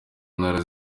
ntara